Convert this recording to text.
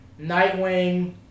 Nightwing